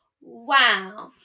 Wow